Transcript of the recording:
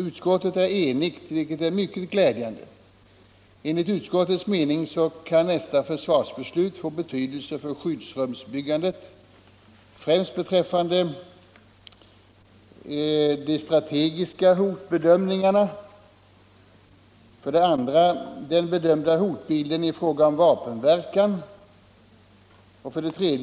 Utskottet är enigt, vilket är mycket glädjande. Enligt utskottets mening kan nästa försvarsbeslut få betydelse för skyddsrumsbyggandet främst beträffande: 3.